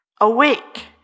awake